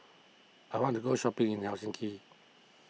I want to go shopping in Helsinki